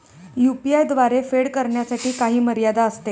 UPI द्वारे फेड करण्यासाठी काही मर्यादा असते का?